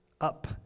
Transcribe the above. up